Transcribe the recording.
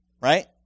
right